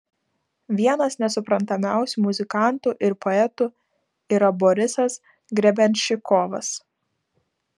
vienas nesuprantamiausių muzikantų ir poetų yra borisas grebenščikovas